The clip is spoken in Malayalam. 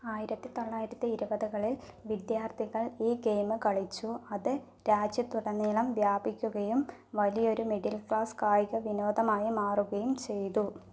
ആയിരത്തി തൊള്ളായിരത്തി ഇരുപതുകളിൽ വിദ്യാർത്ഥികൾ ഈ ഗെയിം കളിച്ചു അത് രാജ്യത്തുടനീളം വ്യാപിക്കുകയും വലിയൊരു മിഡിൽ ക്ലാസ് കായിക വിനോദമായി മാറുകയും ചെയ്തു